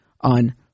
on